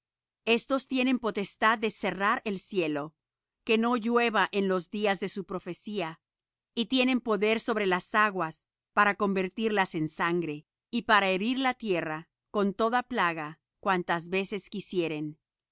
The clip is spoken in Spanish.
estos tienen potestad de cerrar el cielo que no llueva en los días de su profecía y tienen poder sobre las aguas para convertirlas en sangre y para herir la tierra con toda plaga cuantas veces quisieren